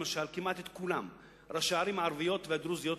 למשל ראשי הערים הערביות והדרוזיות,